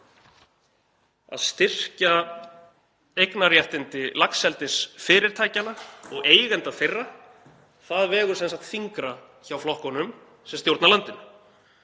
Að styrkja eignarréttindi laxeldisfyrirtækjanna og eigenda þeirra vegur sem sagt þyngra hjá flokkunum sem stjórna landinu.